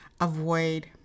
avoid